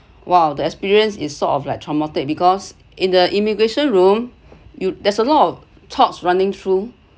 !wow! the experience is sort of like traumatic because in the immigration room you there's a lot of thoughts running through